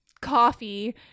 coffee